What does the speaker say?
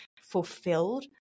fulfilled